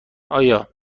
آیا